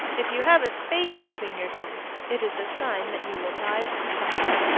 if you have a space between your teeth, it is a sign that you will die of consumption.